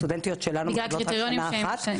סטודנטיות שלנו מקבלות לשנה אחת,